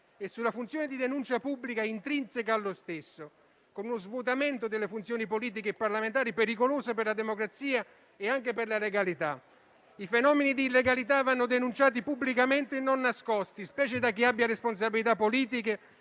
e sulla funzione di denuncia pubblica intrinseca allo stesso, con uno svuotamento delle funzioni politiche e parlamentari pericoloso per la democrazia e anche per la legalità. I fenomeni di illegalità vanno denunciati pubblicamente e non nascosti, specie da chi abbia responsabilità politiche,